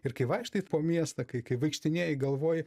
ir kai vaikštai po miestą kai kai vaikštinėji galvoji